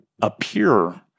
appear